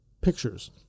pictures